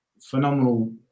phenomenal